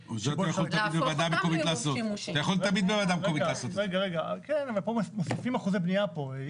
אנחנו מוסיפים פה אחוזי בנייה.